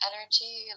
energy